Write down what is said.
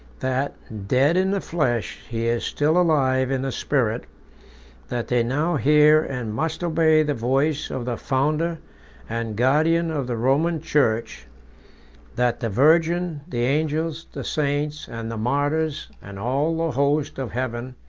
that, dead in the flesh, he is still alive in the spirit that they now hear, and must obey, the voice of the founder and guardian of the roman church that the virgin, the angels, the saints, and the martyrs, and all the host of heaven,